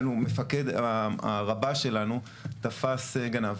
היה לנו, הרב"ש שלנו תפס גנב.